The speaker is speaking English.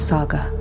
Saga